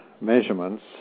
measurements